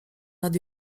nad